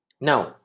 Now